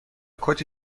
کتی